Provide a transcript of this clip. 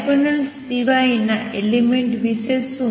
diagonal સિવાય ના element વિશે શું